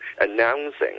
announcing